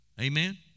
Amen